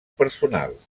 personals